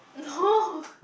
no